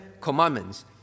Commandments